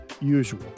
usual